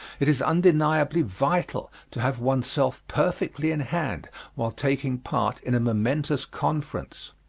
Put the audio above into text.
it is undeniably vital to have oneself perfectly in hand while taking part in a momentous conference.